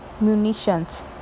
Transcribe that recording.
munitions